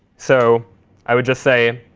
so i would just say